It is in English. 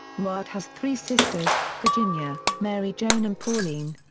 newhart has three sisters, virginia, mary joan and pauline.